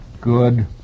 Good